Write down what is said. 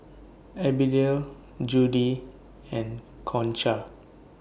Abdiel Judi and Concha